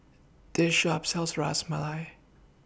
This Shop sells Ras Malai